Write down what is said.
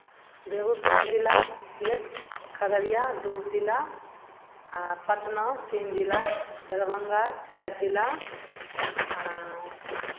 बेगूसराय जिला एक खगड़िया दू जिला आ पटना तीन जिला दरभंगा चारि जिला आ